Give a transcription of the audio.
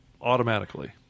automatically